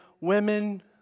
women